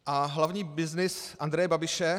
A hlavní byznys Andreje Babiše?